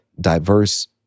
diverse